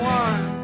one